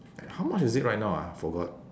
how much is it right now ah forgot